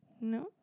No